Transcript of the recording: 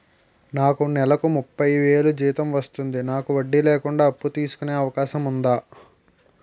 నాకు నేలకు ముప్పై వేలు జీతం వస్తుంది నాకు వడ్డీ లేకుండా అప్పు తీసుకునే అవకాశం ఉందా